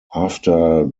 after